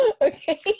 Okay